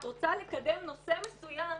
את רוצה לקדם נושא מסוים,